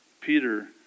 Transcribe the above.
Peter